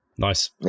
Nice